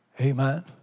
Amen